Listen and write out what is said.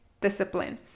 discipline